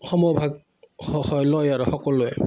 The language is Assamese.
সমভাগ হয় লয় আৰু সকলোৱে